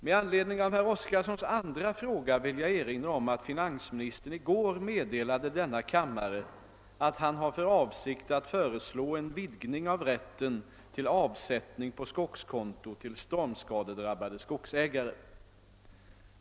Med anledning av herr Oskarsons andra fråga vill jag erinra om att finansministern i går meddelade denna kammare att han har för avsikt att föreslå en vidgning av rätten till avsättning på skogskonto för stormskadedrabbade skogsägare.